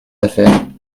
affaires